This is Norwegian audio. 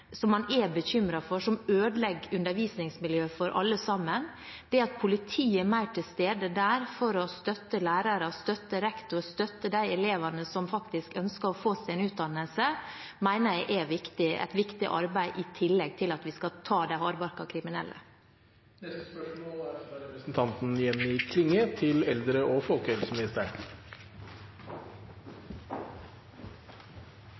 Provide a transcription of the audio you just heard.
som man er bekymret for, og som ødelegger undervisningsmiljøet for alle sammen. At politiet er mer til stede der for å støtte lærere, rektor og de elevene som faktisk ønsker å få seg en utdannelse, mener jeg er et viktig arbeid, i tillegg til at vi skal ta de hardbarkede kriminelle. Dette spørsmålet må utsettes til neste spørretime, da statsråden er bortreist. Dette spørsmålet må utsettes til